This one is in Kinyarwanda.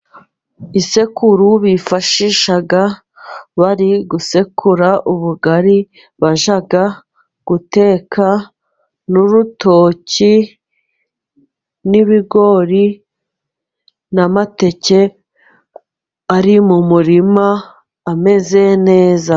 Isekuru bifashisha bari gusekura ubugari bajya guteka, n'urutoki, n'ibigori, n'amateke ari mu murima ameze neza.